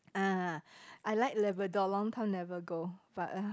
ah I like Labrador long time never go but !ah!